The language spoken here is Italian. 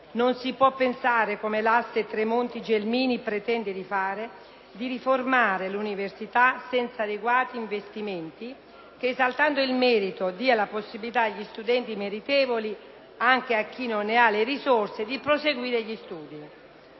stenografico 21 dicembre 2010 Gelmini pretende di fare, di riformare l’universitasenza adeguati investimenti che, esaltando il merito, diano la possibilita agli studenti meritevoli e anche a chi non ha le risorse di proseguire gli studi.